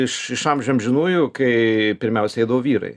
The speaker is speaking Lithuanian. iš iš amžių amžinųjų kai pirmiausia eidavo vyrai